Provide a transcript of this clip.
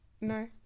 No